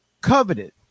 coveted